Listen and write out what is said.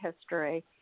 history